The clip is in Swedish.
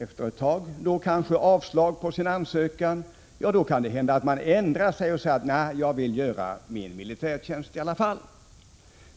Efter ett tag får man kanske avslag på sin ansökan, och då kan det hända att man ändrar sig och säger att man är beredd att göra sin militärtjänst i alla fall.